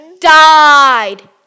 died